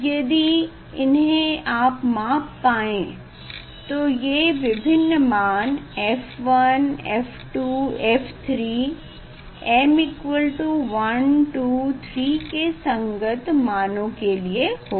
यदि इन्हे आप माप पाये तो ये विभिन्न मान f1 f2 f3 m 123के संगत मानों के लिए होगा